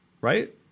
right